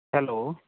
hello